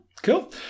Cool